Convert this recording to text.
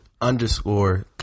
underscore